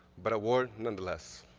but a war nonetheless.